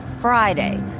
Friday